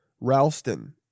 Ralston